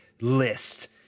list